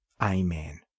Amen